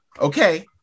Okay